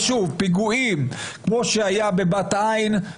ושוב פיגועים כמו שהיה בבת עין,